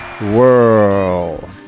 world